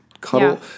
Cuddle